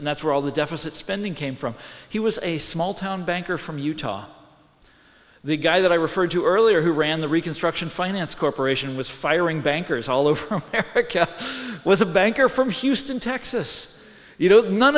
and that's where all the deficit spending came from he was a small town banker from utah the guy that i referred to earlier who ran the reconstruction finance corporation was firing bankers all over was a banker from houston texas you know none